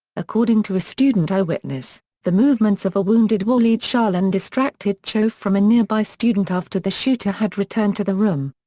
according to a student eyewitness, the movements of a wounded waleed shaalan distracted cho from a nearby student after the shooter had returned to the room.